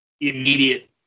immediate